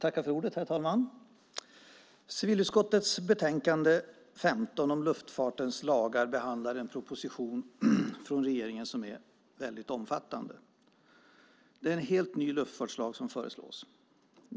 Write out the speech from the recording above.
Herr talman! Civilutskottets betänkande 15 om luftfartens lagar behandlar en proposition från regeringen som är väldigt omfattande. Det är en helt ny luftfartslag som föreslås.